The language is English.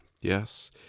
Yes